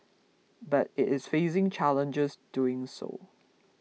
but it is facing challenges doing so